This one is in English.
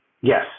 Yes